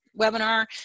webinar